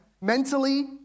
mentally